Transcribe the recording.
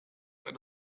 eine